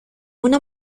una